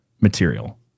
material